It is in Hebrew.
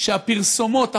שהפרסומות הפוגעניות,